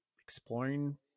exploring